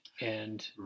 And-